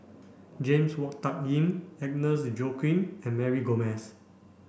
James Wong Tuck Yim Agnes Joaquim and Mary Gomes